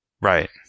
Right